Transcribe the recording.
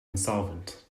insolvent